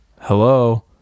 hello